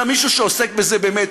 אלא מישהו שעוסק בזה באמת,